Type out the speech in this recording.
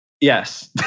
Yes